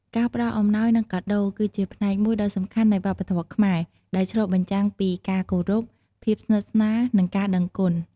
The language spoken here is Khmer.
ការផ្តល់អំណោយ និងកាដូរ គឺជាផ្នែកមួយដ៏សំខាន់នៃវប្បធម៌ខ្មែរ ដែលឆ្លុះបញ្ចាំងពីការគោរព ភាពស្និទ្ធស្នាល និងការដឹងគុណ។